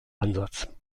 ansatz